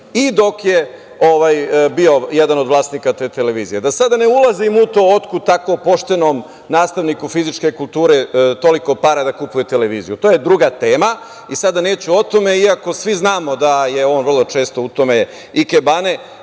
i dok je bio jedan od vlasnika te televizije. Da sada ne ulazim u to otkud tako poštenom nastavniku fizičke kulture toliko para da kupuje televiziju, to je druga tema i sada neću o tome, iako svi znamo da je on vrlo često u tome ikebana. Šta